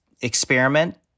experiment